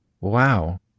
Wow